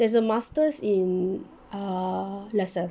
there's a master's in uh lasalle